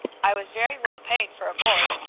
i was very well paid for a boy.